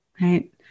right